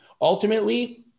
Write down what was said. ultimately